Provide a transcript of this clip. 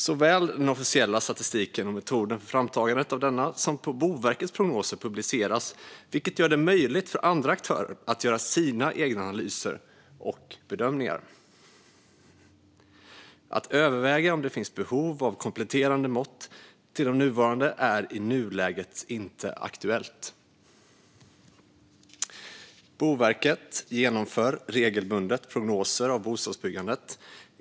Såväl den officiella statistiken och metoden för framtagandet av denna som Boverkets prognoser publiceras, vilket gör det möjligt för andra aktörer att göra sina egna analyser och bedömningar. Att överväga om det finns behov av kompletterande mått till de nuvarande är i nuläget inte aktuellt. Boverket genomför regelbundet prognoser för bostadsbyggandet.